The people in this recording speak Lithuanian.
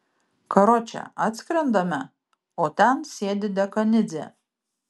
karoče atskrendame o ten sėdi dekanidzė